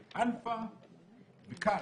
אלפא וכאל.